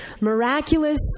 miraculous